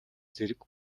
зэрэг